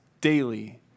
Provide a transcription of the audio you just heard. daily